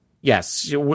Yes